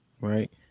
right